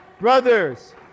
Brothers